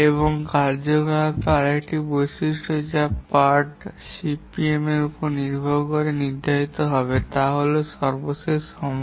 এবং কার্যকলাপের আরেকটি বৈশিষ্ট্য যা পার্ট সিপিএম এর উপর ভিত্তি করে নির্ধারিত হবে তা হল সর্বশেষ সময়